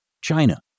China